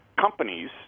companies